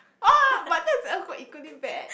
oh but that's a equally bad